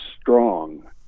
strong